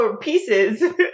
pieces